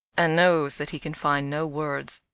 and knows that he can find no words.